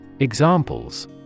Examples